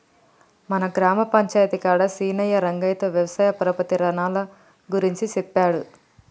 మన గ్రామ పంచాయితీ కాడ సీనయ్యా రంగయ్యతో వ్యవసాయ పరపతి రునాల గురించి సెప్పిండు